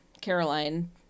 Caroline